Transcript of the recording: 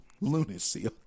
lunacy